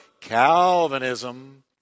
Calvinism